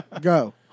Go